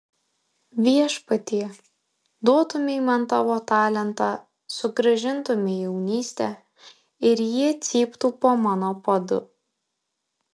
viešpatie duotumei man tavo talentą sugrąžintumei jaunystę ir jie cyptų po mano padu